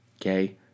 Okay